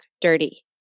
dirty